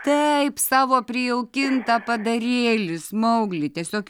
taip savo prijaukintą padarėlį smauglį tiesiog